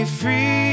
free